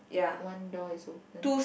one door is open